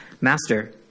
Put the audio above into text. Master